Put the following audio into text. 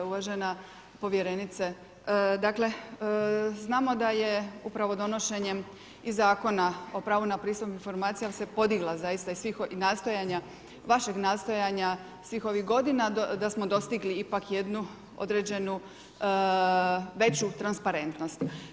Uvažena povjerenice, dakle znamo da je upravo donošenjem i Zakona o pravu na pristup informacijama se podigla zaista i nastojanja, vašeg nastojanja svih ovih godina da smo dostigli ipak jednu određenu veću transparentnost.